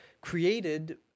created